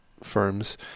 firms